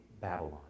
Babylon